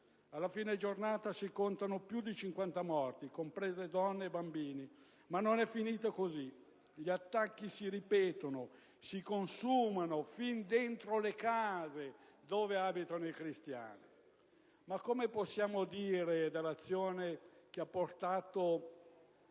a fine giornata si contavano più di 50 morti, compresi donne e bambini. Ma non è finita così: gli attacchi si ripetono, si consumano fin dentro le case dove abitano i cristiani. Ma cosa possiamo dire dell'azione che ha portato